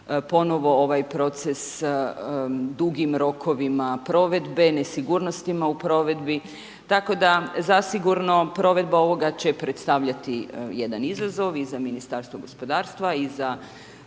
ponovno ovaj proces dugim rokovima provedbe, nesigurnostima u provedbi, tako da zasigurno provedba ovoga će predstavljati jedan izazov i za Ministarstvo gospodarstva i za